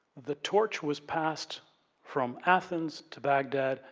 the torch was passed from athens, to baghdad,